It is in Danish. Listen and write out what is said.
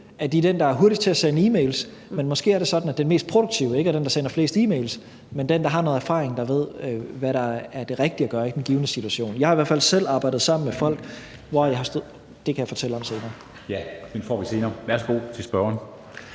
at det er dem, der er hurtigst til at sende e-mails, men måske er det sådan, at den mest produktive ikke er den, der er hurtigst til at sende e-mails, men den, der har noget erfaring og ved, hvad der er det rigtige at gøre i den givne situation. Jeg har i hvert fald selv arbejdet sammen med folk, hvor jeg har ... (Formanden: Tak!). Det kan jeg fortælle om senere. Kl. 13:58 Formanden (Henrik Dam